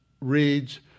reads